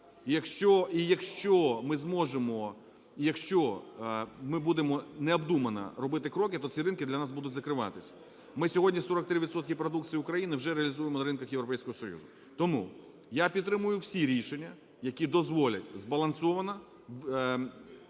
і якщо ми будемо необдумано робити кроки, то ці ринки для нас будуть закриватися. Ми сьогодні 43 відсотки продукції України вже реалізуємо на ринках Європейського Союзу. Тому я підтримую всі рішення, які дозволять збалансовано